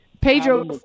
Pedro